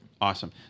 awesome